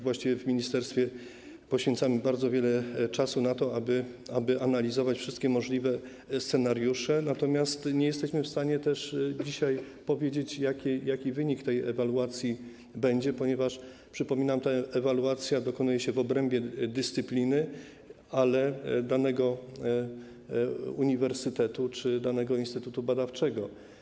Właściwie w ministerstwie poświęcamy bardzo wiele czasu na to, aby analizować wszystkie możliwe scenariusze, natomiast nie jesteśmy w stanie dzisiaj powiedzieć, jaki będzie wynik tej ewaluacji, ponieważ ta ewaluacja - przypominam - dokonuje się w obrębie dyscypliny, ale danego uniwersytetu czy danego instytutu badawczego.